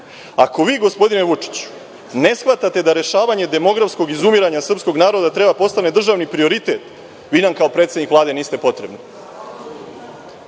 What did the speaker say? vi gospodine Vučiću, ne shvatate da rešavanje demografskog izumiranja srpskog naroda treba da postane državni prioritet, vi nam kao predsednik Vlade niste potrebni.